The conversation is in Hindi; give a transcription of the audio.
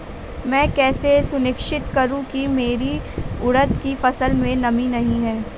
मैं कैसे सुनिश्चित करूँ की मेरी उड़द की फसल में नमी नहीं है?